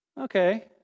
Okay